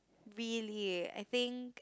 really I think